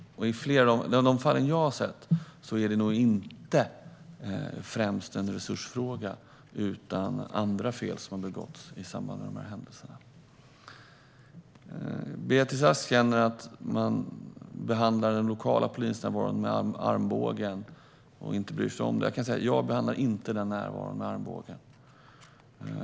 I de fall jag har sett är det nog inte främst en resursfråga utan andra fel som har begåtts i samband med händelserna. Beatrice Ask känner att man behandlar den lokala polisnärvaron med armbågen och inte bryr sig om den. Jag kan säga: Jag behandlar inte den närvaron med armbågen.